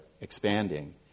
expanding